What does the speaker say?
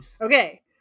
Okay